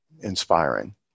inspiring